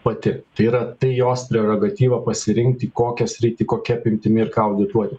pati tai yra tai jos prerogatyva pasirinkti kokią sritį kokia apimtimi ir ką audituoti